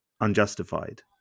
unjustified